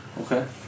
Okay